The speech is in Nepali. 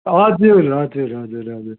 हजुर हजुर हजुर हजुर